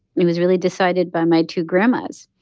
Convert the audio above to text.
it was really decided by my two grandmas.